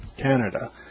Canada